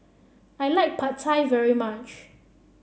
I like Pad Thai very much